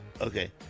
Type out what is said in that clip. Okay